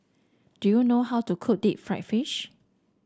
do you know how to cook Deep Fried Fish